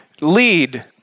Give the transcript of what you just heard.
lead